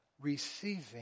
receiving